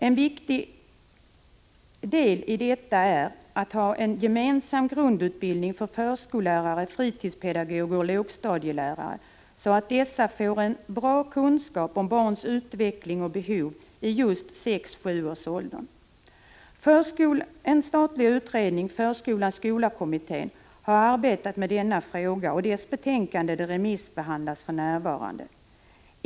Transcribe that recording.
En viktig del i detta är att ha en gemensam grundutbildning för förskollärare, fritidspedagoger och lågstadielärare, så att dessa får en bra kunskap om barns utveckling och behov i just 6-7-årsåldern. En statlig utredning, Förskola-skola-kommittén, har arbetat med denna fråga, och dess betänkande remissbehandlas för närvarande.